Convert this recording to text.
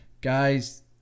guys –